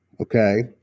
Okay